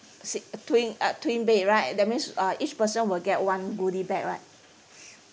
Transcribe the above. si~ twin uh twin bed right that means uh each person will get one goodie bag right